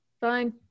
Fine